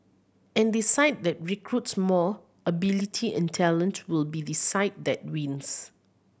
and the side that recruits more ability and talent will be the side that wins